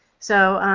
so,